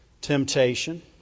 temptation